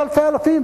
אלפי אלפי אלפים,